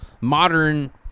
Modern